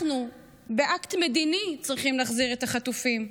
אנחנו באקט מדיני צריכים להחזיר את החטופים.